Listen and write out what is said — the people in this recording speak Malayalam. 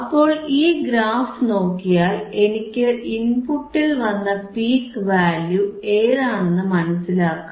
അപ്പോൾ ഈ ഗ്രാഫ് നോക്കിയാൽ എനിക്ക് ഇൻപുട്ടിൽ വന്ന പീക്ക് വാല്യൂ ഏതാണെന്ന് മനസിലാക്കാം